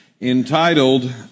entitled